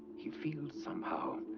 he feels, somehow,